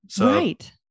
Right